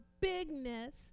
bigness